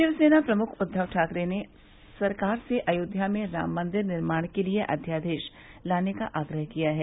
शिवसेना प्रमुख उद्वव ठाकरे ने सरकार से अयोध्या में राम मन्दिर निर्माण के लिए अध्यादेश लाने का आग्रह किया है